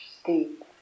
steep